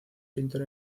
pintor